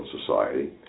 Society